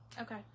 Okay